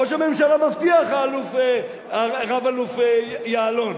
ראש הממשלה מבטיח, רב-אלוף יעלון.